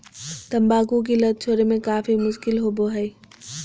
तंबाकू की लत छोड़े में काफी मुश्किल होबो हइ